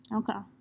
okay